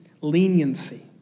leniency